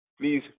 please